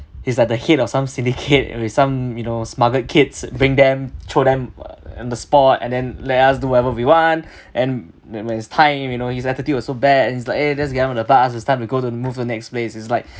he's like the head of some syndicate with some you know smuggled kids bring them throw them on the spot and then let us do whatever we want and when when is time you know his attitude was so bad and he's like eh let's get on the bus it's time to go to move on to next place it's like